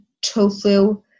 tofu